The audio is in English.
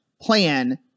plan